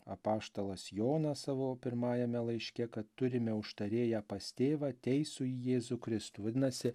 apaštalas jonas savo pirmajame laiške kad turime užtarėją pas tėvą teisųjį jėzų kristų vadinasi